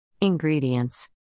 Ingredients